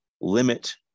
limit